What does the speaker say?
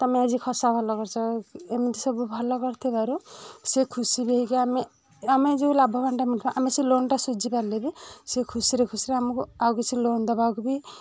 ତମେ ଆଜି ଖସା ଭଲ କରିଛ ଏମିତି ସବୁ ଭଲ କରିଥିବାରୁ ସେ ଖୁସିରେ କି ଆମେ ଆମେ ଯେଉଁ ଲାଭବାନ ଟା ଆମେ ସେଇ ଲୋନ ଟା ସୁଝିପାରିଲେ ବି ସେ ଖୁସିରେ ଖୁସିରେ ଆମକୁ ଆଉ କିଛି ଲୋନ ଦେବାକୁ ବି